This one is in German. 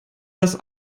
das